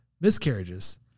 miscarriages